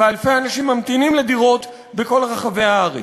ואלפי אנשים ממתינים לדירות בכל רחבי הארץ.